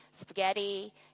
spaghetti